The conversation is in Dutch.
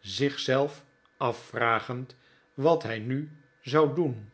zich zelf afvragend wat hij nu zou doen